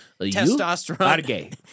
testosterone